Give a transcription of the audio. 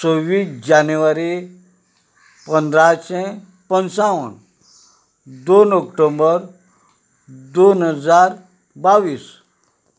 सव्वीस जानेवारी पंदराशे पंचावन दोन ऑक्टोबर दोन हजार बावीस